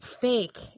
fake